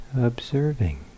observing